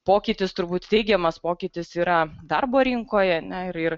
pokytis turbūt teigiamas pokytis yra darbo rinkoje ne ir ir